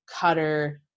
cutter